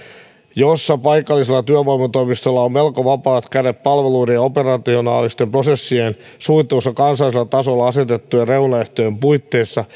jossa paikallisella työvoimatoimistolla on melko vapaat kädet palveluiden ja operationaalisten prosessien suunnittelussa kansallisella tasolla asetettujen reunaehtojen puitteissa